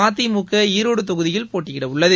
மதிமுகஈரோடு தொகுதியில் போட்டியிட உள்ளது